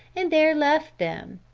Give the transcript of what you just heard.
and there left them.